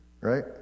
right